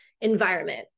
environment